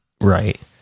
Right